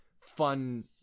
fun